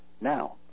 now